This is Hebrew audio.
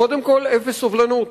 קודם כול, אפס סובלנות.